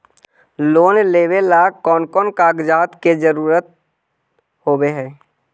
Loan लेबे ला कौन कौन कागजात के जरुरत होबे है?